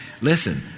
Listen